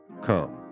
come